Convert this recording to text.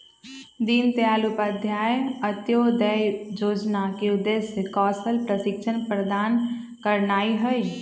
दीनदयाल उपाध्याय अंत्योदय जोजना के उद्देश्य कौशल प्रशिक्षण प्रदान करनाइ हइ